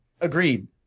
Agreed